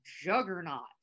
juggernaut